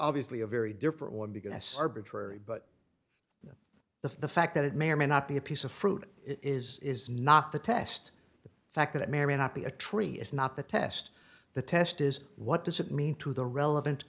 obviously a very different one because as arbitrary but the fact that it may or may not be a piece of fruit is is not the test the fact that it may or may not be a tree is not the test the test is what does it mean to the relevant